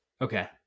Okay